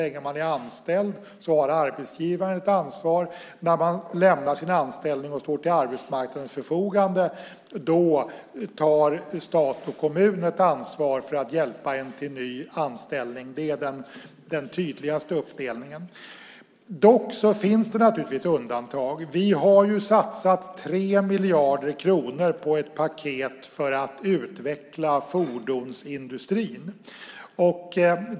Så länge man är anställd har arbetsgivaren ett ansvar, och när man lämnar sin anställning och står till arbetsmarknadens förfogande har stat och kommun ett ansvar för att hjälpa en till ny anställning. Det är den tydligaste uppdelningen. Det finns naturligtvis undantag. Vi har satsat 3 miljarder kronor på ett paket för att utveckla fordonsindustrin.